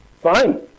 Fine